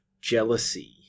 jealousy